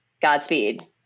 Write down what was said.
Godspeed